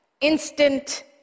instant